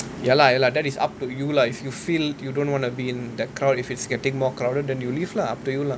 ya lah ya lah that is up to you lah if you feel you don't want to be in that crowd if it's getting more crowded ten you leave lah up to you lah